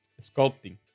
sculpting